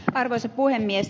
arvoisa puhemies